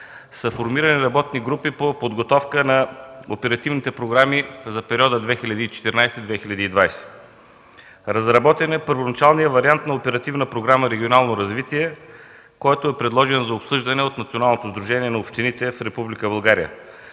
са формирани работни групи по подготовка на оперативните програми за периода 2014-2020 г. Разработен е първоначалният вариант на Оперативна програма „Регионално развитие”, който е предложен за обсъждане от Националното сдружение на общините в